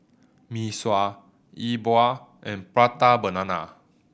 Mee Sua E Bua and Prata Banana